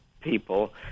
people